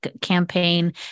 campaign